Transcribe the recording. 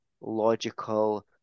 logical